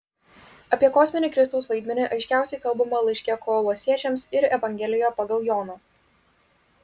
apie kosminį kristaus vaidmenį aiškiausiai kalbama laiške kolosiečiams ir evangelijoje pagal joną